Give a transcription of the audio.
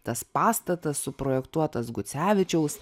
tas pastatas suprojektuotas gucevičiaus